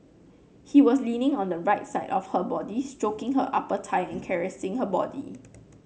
he was leaning on the right side of her body stroking her upper thigh and caressing her body